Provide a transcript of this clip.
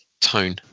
tone